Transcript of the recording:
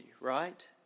right